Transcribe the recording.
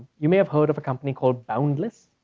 you may have heard of a company called boundless?